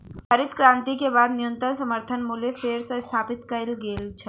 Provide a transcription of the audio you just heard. हरित क्रांति के बाद न्यूनतम समर्थन मूल्य फेर सॅ स्थापित कय गेल छल